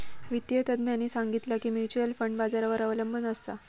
वित्तिय तज्ञांनी सांगितला की म्युच्युअल फंड बाजारावर अबलंबून असता